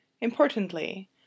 Importantly